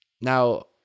now